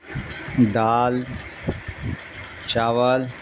دال چاول